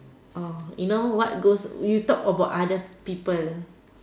oh you know what goes you talk about other people